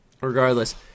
Regardless